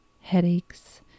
headaches